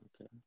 Okay